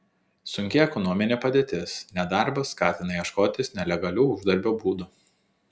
sunki ekonominė padėtis nedarbas skatina ieškotis nelegalių uždarbio būdų